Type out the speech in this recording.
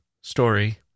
story